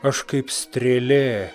aš kaip strėlė